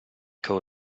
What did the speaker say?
came